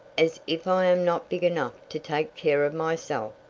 as if i am not big enough to take care of myself!